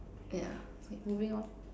yeah K moving on